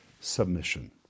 submission